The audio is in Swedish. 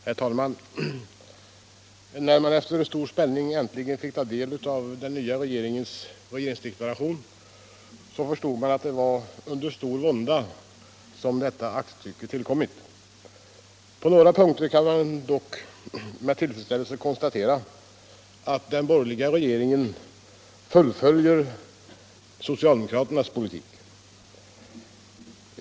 Herr talman! När man efter stor spänning äntligen fick ta del av den nya regeringens regeringsdeklaration, förstod man att det var under stor vånda som detta aktstycke tillkommit. På några punkter kan man emellertid med tillfredsställelse konstatera att borgerligheten fullföljer socialdemokraternas politik.